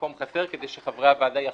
מקום חסר, כדי שחברי הוועדה יחליט.